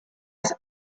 ist